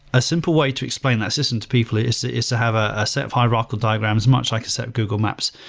a simple way to explain that system to people is to is to have ah a set of hierarchical diagrams much like a set of google maps.